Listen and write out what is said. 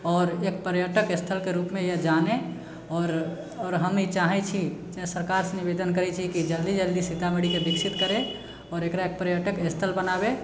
आओर एक पर्यटक स्थलके रुपमे यह जानै आओर आओर हम ई चाहे छी सरकारसँ निवेदन करै छियै कि जल्दी जल्दी सीतामढ़ीके विकसित करै आओर एकरा एक पर्यटक स्थल बनाबै